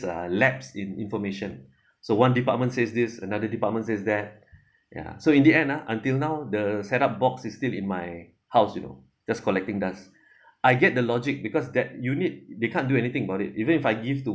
uh lapse in information so one department says this another department says that ya so in the end ah until now the set up box is still in my house you know just collecting dust I get the logic because that unit they can't do anything about it even if I give to